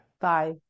Bye